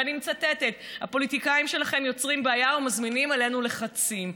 ואני מצטטת: הפוליטיקאים שלכם יוצרים בעיה ומזמינים עלינו לחצים.